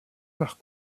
par